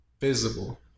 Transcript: visible